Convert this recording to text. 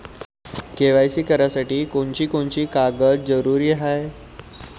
KYC करासाठी कोनची कोनची कागद जरुरी हाय?